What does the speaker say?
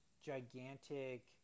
gigantic